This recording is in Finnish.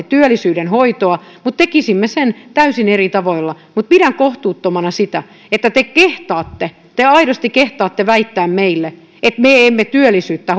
työllisyyden hoitoa mutta tekisimme sen täysin eri tavoilla pidän kohtuuttomana sitä että te kehtaatte te aidosti kehtaatte väittää meille että me emme työllisyyttä